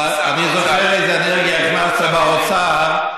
אבל אני זוכר איזה אנרגיה הכנסת לאוצר,